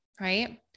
right